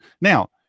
Now